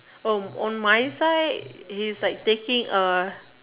oh on my side he's like taking a